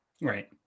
Right